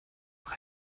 noch